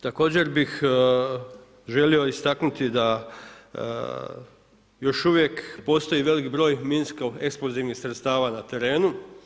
Također bih želio istaknuti da još uvijek postoji veliki broj minsko-eksplozivnih sredstava na terenu.